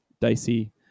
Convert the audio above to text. dicey